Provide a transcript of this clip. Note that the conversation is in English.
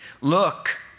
Look